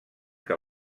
que